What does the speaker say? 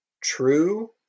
True